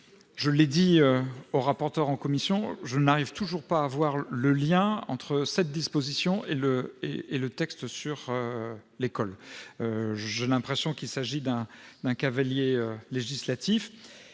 Je l'ai dit à M. le rapporteur en commission : je n'arrive toujours pas à voir le lien entre cette disposition et le présent texte sur l'école. J'ai bien l'impression qu'il s'agit là d'un cavalier législatif.